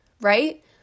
Right